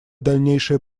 дальнейшее